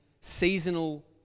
seasonal